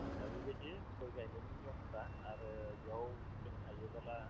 दा बेबायदि गय गायनायनि नियमफ्रा आरो बियाव नोङो हायोबोला